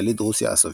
יליד רוסיה הסובייטית.